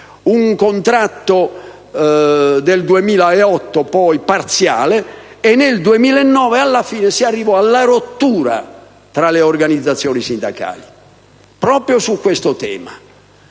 un contratto del 2008, parziale, e nel 2009, alla fine, si arrivò alla rottura tra le organizzazioni sindacali, proprio su questo tema.